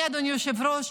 אדוני היושב-ראש,